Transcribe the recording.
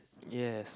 yes